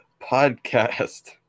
podcast